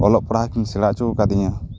ᱚᱞᱚᱜ ᱯᱟᱲᱦᱟᱜ ᱠᱤᱱ ᱥᱮᱬᱟ ᱚᱪᱚ ᱟᱠᱟᱫᱤᱧᱟᱹ